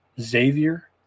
Xavier